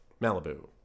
Malibu